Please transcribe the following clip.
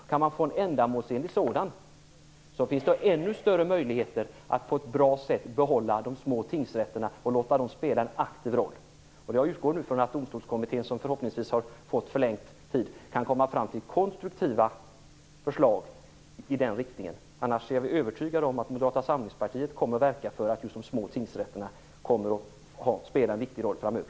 Går det att få en ändamålsenlig sådan finns det ännu större möjligheter att på ett bra sätt behålla de små tingsrätterna och låta dem spela en aktiv roll. Jag utgår från att Domstolskommittén, som förhoppningsvis har fått förlängd tid att arbeta, kan komma fram till konstruktiva förslag i den riktningen. Annars är jag övertygad om att Moderata samlingspartiet kommer att verka för att de små tingsrätterna kommer att spela en viktig roll framöver.